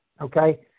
okay